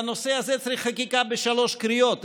לנושא הזה צריך חקיקה בשלוש קריאות,